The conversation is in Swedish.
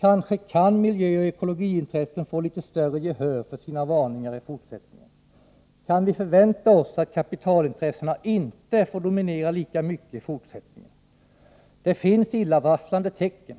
Kanske kan miljöoch ekologiintressena få litet större gehör för sina varningar i fortsättningen. Kan vi förvänta oss att kapitalintressena inte får dominera lika mycket i fortsättningen? Det finns illavarslande tecken.